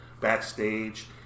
backstage